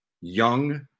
young